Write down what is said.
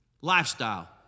lifestyle